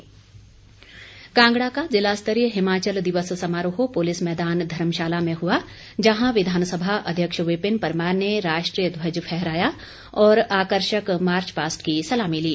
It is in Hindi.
कांगडा दिवस कांगड़ा का जिला स्तरीय हिमाचल दिवस समारोह पुलिस मैदान धर्मशाला में हआ जहां विधानसभा अध्यक्ष विपिन परमार ने राष्ट्रीय ध्वज फहराया और आकर्षक मार्चपास्ट की सलामी ली